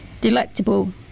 delectable